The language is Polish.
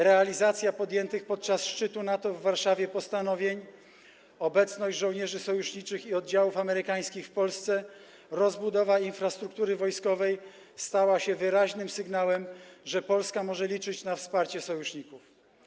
Realizacja podjętych podczas szczytu NATO w Warszawie postanowień, obecność żołnierzy sojuszniczych i oddziałów amerykańskich w Polsce, rozbudowa infrastruktury wojskowej stały się wyraźnym sygnałem, że Polska może liczyć na wsparcie sojuszników.